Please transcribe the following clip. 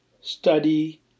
study